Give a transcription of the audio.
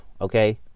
okay